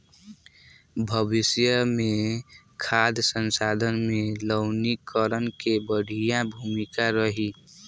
भविष्य मे खाद्य संसाधन में लवणीकरण के बढ़िया भूमिका रही